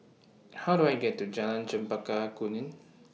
How Do I get to Jalan Chempaka Kuning